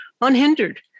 unhindered